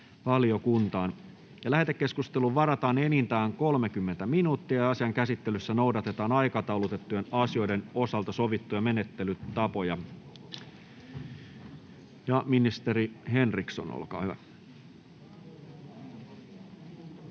Lähetekeskusteluun varataan enintään 30 minuuttia, ja asian käsittelyssä noudatetaan aikataulutettujen asioiden osalta sovittuja menettelytapoja. — Ministeri Henriksson, olkaa hyvä.